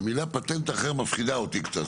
המילה 'פטנט אחר' מפחידה אותי קצת.